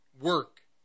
work